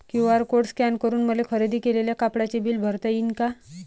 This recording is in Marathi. क्यू.आर कोड स्कॅन करून मले खरेदी केलेल्या कापडाचे बिल भरता यीन का?